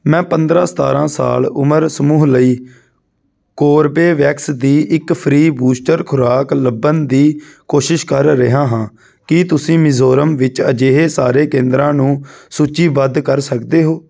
ਮੈਂ ਪੰਦਰਾਂ ਸਤਾਰਾ ਸਾਲ ਉਮਰ ਸਮੂਹ ਲਈ ਕੋਰਬੇ ਵੈਕਸ ਦੀ ਇੱਕ ਫ੍ਰੀ ਬੂਸਟਰ ਖੁਰਾਕ ਲੱਭਣ ਦੀ ਕੋਸ਼ਿਸ਼ ਕਰ ਰਿਹਾ ਹਾਂ ਕੀ ਤੁਸੀਂ ਮਿਜ਼ੋਰਮ ਵਿੱਚ ਅਜਿਹੇ ਸਾਰੇ ਕੇਂਦਰਾਂ ਨੂੰ ਸੂਚੀਬੱਧ ਕਰ ਸਕਦੇ ਹੋ